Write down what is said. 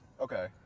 Okay